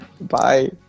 Bye